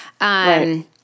Right